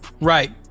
right